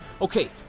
Okay